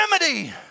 remedy